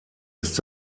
ist